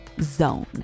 zone